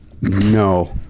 No